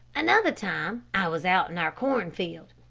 another time i was out in our cornfield,